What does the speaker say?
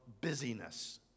busyness